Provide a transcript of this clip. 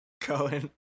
Cohen